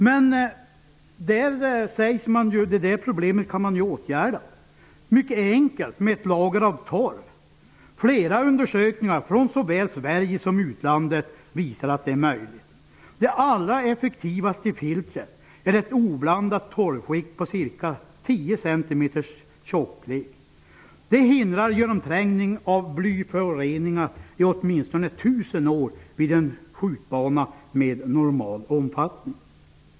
Men det problemet kan man mycket enkelt åtgärda med ett lager av torv. Flera undersökningar, såväl i Sverige som i utlandet, visar att det är möjligt. Det allra effektivaste filtret är ett oblandat torvskikt som är ca 10 cm tjockt. Det hindrar genomträngning av blyföroreningar i åtminstone tusen år vid en skjutbana med verksamhet av normal omfattning.